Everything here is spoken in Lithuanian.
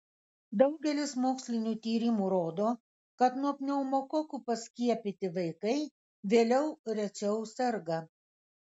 daugelis mokslinių tyrimų rodo kad nuo pneumokokų paskiepyti vaikai vėliau rečiau serga